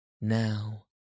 now